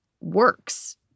works